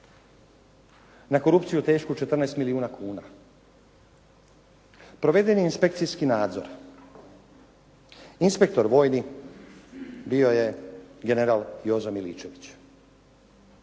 na korupciju tešku 14 milijuna kuna, provedeni inspekcijski nadzor, inspektor vojni bio je general Jozo Miličević.